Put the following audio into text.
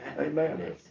Amen